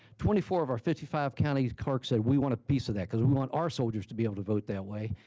twenty four of our fifty five county clerks said we want a piece of that because we want our soldiers to be able to vote that way.